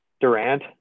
Durant